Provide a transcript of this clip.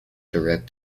direct